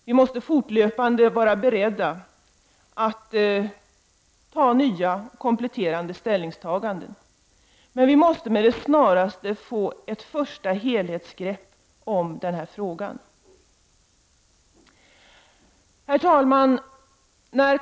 Vi måste fortlöpande vara beredda att göra nya och kompletterande ställningstaganden, men vi måste med det snaraste få ett första helhetsgrepp om denna fråga. Herr talman!